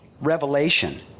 revelation